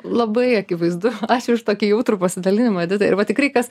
labai akivaizdu ačiū už tokį jautrų pasidalinimą edita ir va tikrai kas